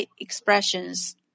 expressions